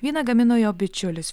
vyną gamino jo bičiulis